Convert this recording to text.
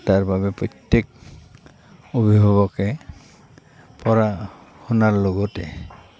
তাৰ বাবে প্ৰত্যেক অভিভাৱকে পঢ়া শুনাৰ লগতে